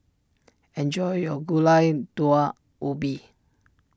enjoy your Gulai Daun Ubi